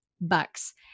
bucks